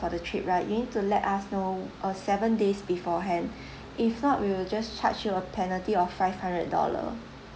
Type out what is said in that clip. for the trip right you need to let us know uh seven days beforehand if not we will just charge you a penalty of five hundred dollar